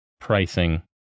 pricing